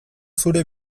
zure